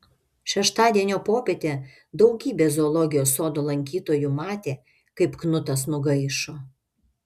šeštadienio popietę daugybė zoologijos sodo lankytojų matė kaip knutas nugaišo